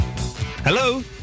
Hello